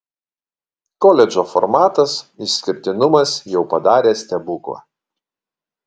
koledžo formatas išskirtinumas jau padarė stebuklą